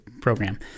program